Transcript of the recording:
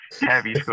heavy